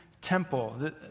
temple